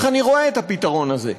איך אני רואה את הפתרון הזה.